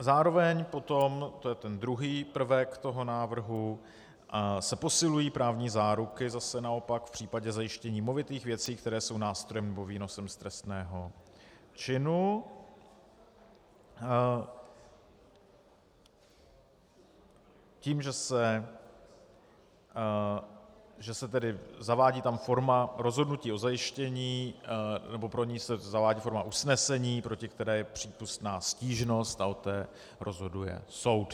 Zároveň potom, to je ten druhý prvek návrhu, se posilují právní záruky zase naopak v případě zajištění movitých věcí, které jsou nástrojem nebo výnosem z trestného činu, tím, že se tam zavádí forma rozhodnutí o zajištění, nebo pro niž se zavádí forma usnesení, proti které je přípustná stížnost, a o té rozhoduje soud.